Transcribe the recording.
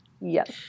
Yes